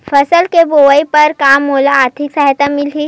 फसल के बोआई बर का मोला आर्थिक सहायता मिलही?